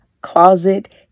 Closet